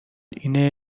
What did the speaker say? اینه